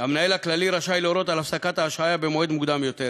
המנהל הכללי רשאי להורות על הפסקת ההשעיה במועד מוקדם יותר.